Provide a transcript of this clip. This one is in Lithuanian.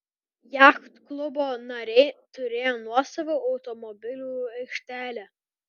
jachtklubo nariai turėjo nuosavą automobilių aikštelę